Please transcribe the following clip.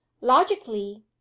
logically